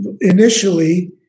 initially